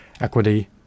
equity